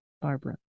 Barbara